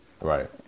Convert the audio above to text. Right